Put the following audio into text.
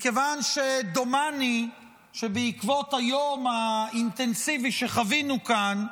מכיוון שדומני שבעקבות היום האינטנסיבי שחווינו כאן,